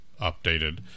updated